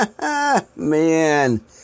Man